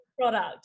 product